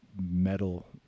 metal